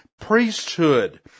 priesthood